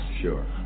Sure